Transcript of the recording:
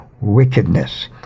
wickedness